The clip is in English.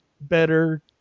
better